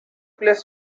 place